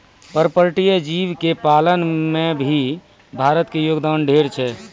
पर्पटीय जीव के पालन में भी भारत के योगदान ढेर छै